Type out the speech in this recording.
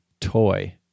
toy